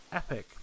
epic